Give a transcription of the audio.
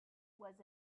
was